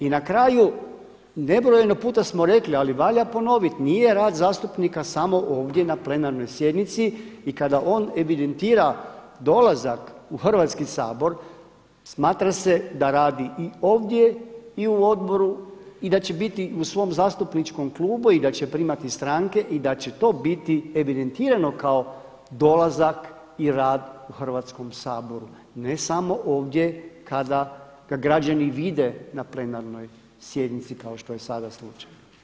I na kraju, nebrojeno puta smo rekli, ali valja ponoviti nije rad zastupnika samo ovdje na plenarnoj sjednici i kada on evidentira dolazak u Hrvatski sabor smatra se da radi i ovdje i u odboru i da će biti u svom zastupničkom klubu i da će primati stranke i da će to biti evidentirano kao dolazak i rad u Hrvatskom saboru, ne samo ovdje kada ga građani vide na plenarnoj sjednici kao što je sada slučaj.